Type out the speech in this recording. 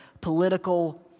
political